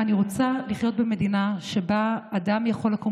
רוצה לחיות במדינה שבה אדם יכול לקום